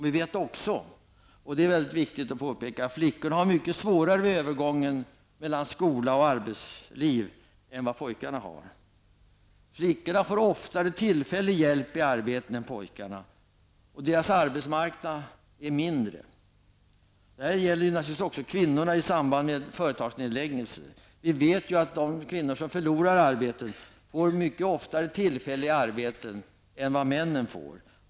Vi vet också, och det är mycket viktigt att påpeka, att flickorna har det mycket svårare vid övergången från skola till arbetsliv än vad pojkarna har. Flickorna får oftare tillfällig hjälp i arbetet än pojkarna. Deras arbetsmarknad är mindre. Detta gäller naturligtvis också kvinnorna i samband med företagsnedläggelser. Vi vet att de kvinnor som förlorar arbetet mycket oftare får tillfälliga arbeten än vad männen får.